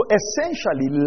essentially